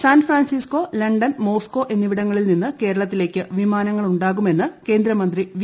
San Francisco London Moscow എന്നിവിടങ്ങളിൽ നിന്ന് കേരളത്തിലേക്ക് വിമാനങ്ങളുണ്ടാകുമെന്ന് കേന്ദ്രമന്ത്രി വി